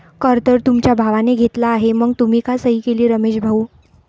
कर तर तुमच्या भावाने घेतला आहे मग तुम्ही का सही केली रमेश भाऊ?